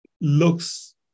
looks